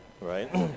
right